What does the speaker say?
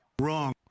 wrong